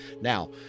Now